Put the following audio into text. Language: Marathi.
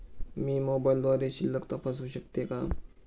मी मोबाइलद्वारे शिल्लक तपासू शकते का?